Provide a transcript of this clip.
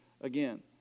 again